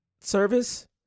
service